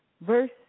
verse